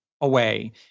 away